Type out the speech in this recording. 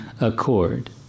accord